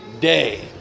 day